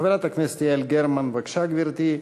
חברת הכנסת יעל גרמן, בבקשה, גברתי,